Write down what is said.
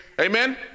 Amen